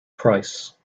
price